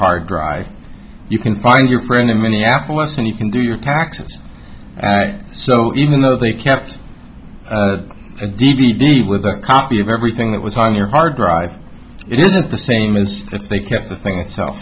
hard drive you can find your friend in minneapolis and you can do your taxes so even though they kept a d v d with a copy of everything that was on your hard drive it isn't the same and if they kept the thing